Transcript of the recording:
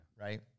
right